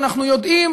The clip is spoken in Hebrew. אנחנו יודעים